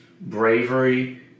bravery